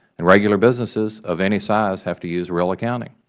and regular businesses of any size have to use real accounting.